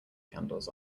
candles